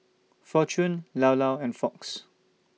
Fortune Llao Llao and Fox